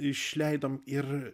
išleidom ir